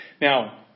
Now